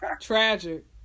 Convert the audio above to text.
Tragic